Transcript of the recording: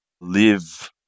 live